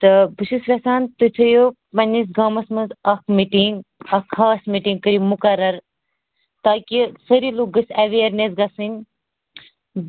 تہٕ بہٕ چھَس یٚژھان تُہۍ تھٲوِو پَنٕنہِ گامَس مَنٛز اکھ میٖٹِنٛگ اَکھ خاص میٖٹِنٛگ کٔرِو مُقَررتاکہِ سٲری لوٗکھ گٔژھ اویرنٮ۪س گَژھٕنۍ